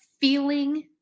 feeling